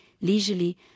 leisurely